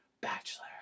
Bachelor